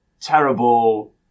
terrible